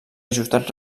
ajustat